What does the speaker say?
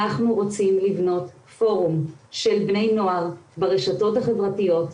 אנחנו רוצים לבנות פורום של בני נוער ברשתות החברתיות,